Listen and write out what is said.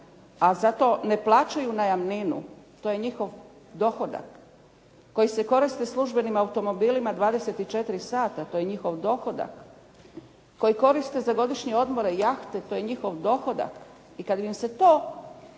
a za to ne plaćaju najamninu, to je njihov dohodak koji se koriste službenim automobilima 24 sata, to je njihov dohodak, koji koriste za godišnje odmore i jahte, to je njihov dohodak. I kad bi im se to